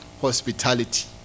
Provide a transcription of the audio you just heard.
hospitality